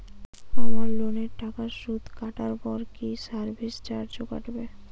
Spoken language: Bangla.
আমার লোনের টাকার সুদ কাটারপর কি সার্ভিস চার্জও কাটবে?